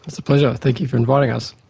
so pleasure thank you for inviting us.